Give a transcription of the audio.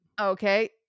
Okay